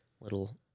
little